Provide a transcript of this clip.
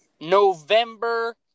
November